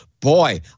Boy